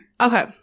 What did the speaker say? Okay